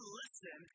listen